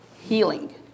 healing